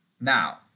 Now